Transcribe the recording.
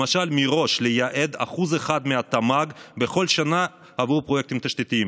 למשל מראש לייעד 1% מהתמ"ג בכל שנה עבור פרויקטים תשתיתיים.